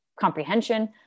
comprehension